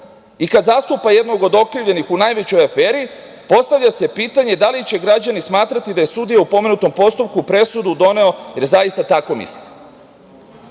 i kad zastupa jednog od okrivljenih u najvećoj aferi, postavlja se pitanje da li će građani smatrati da je sudija u pomenutom postupku presudu doneo jer zaista tako